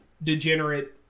degenerate